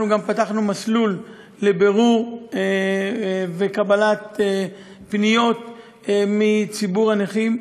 אנחנו גם פתחנו מסלול לבירור וקבלת פניות מציבור הנכים.